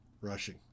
rushing